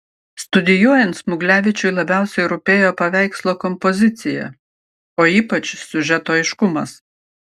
studijuojant smuglevičiui labiausiai rūpėjo paveikslo kompozicija o ypač siužeto aiškumas